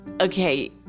okay